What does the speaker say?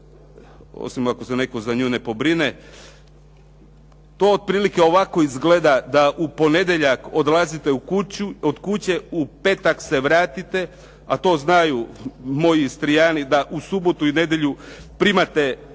osim ako se netko za nju ne pobrine, to otprilike ovako izgleda da u ponedjeljak odlazite od kuće, u petak se vratite, a to znaju moji Istrijani da u subotu i nedjelju primate